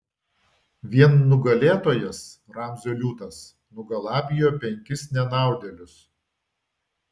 vien nugalėtojas ramzio liūtas nugalabijo penkis nenaudėlius